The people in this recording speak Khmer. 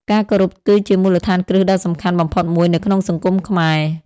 ការគោរពគឺជាមូលដ្ឋានគ្រឹះដ៏សំខាន់បំផុតមួយនៅក្នុងសង្គមខ្មែរ។